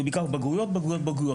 זה בעיקר בגרויות, בגרויות.